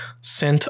sent